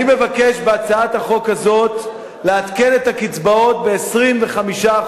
אני מבקש בהצעת החוק הזאת לעדכן את הקצבאות ב-25%,